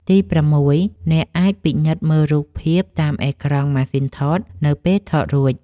ទី6 អ្នកអាចពិនិត្យមើលរូបភាពតាមអេក្រង់ម៉ាស៊ីនថត នៅពេលថតរួច។